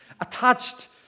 attached